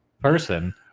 person